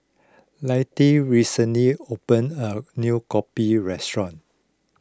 Liddie recently opened a new Kopi Restaurant